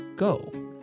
go